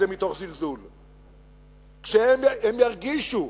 הם יודעים שכוחו מוגבל.